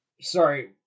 sorry